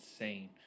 insane